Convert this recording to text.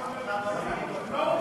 קמרון,